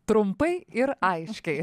trumpai ir aiškiai